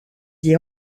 d’y